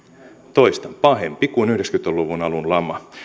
toistan pahempi kuin yhdeksänkymmentä luvun alun lama